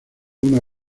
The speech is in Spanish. una